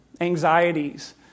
anxieties